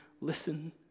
listen